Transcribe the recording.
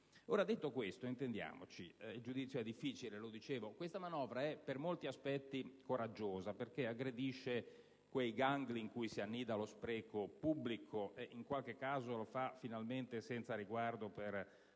Detto ciò, il giudizio è difficile, come ho già precisato. Questa manovra è per molti aspetti coraggiosa, perché aggredisce quei gangli in cui si annida lo spreco pubblico, e in qualche caso lo fa finalmente senza riguardo per